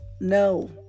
no